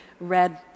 red